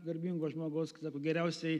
garbingo žmogaus geriausiai